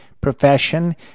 profession